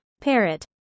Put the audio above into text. Parrot